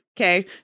Okay